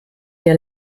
der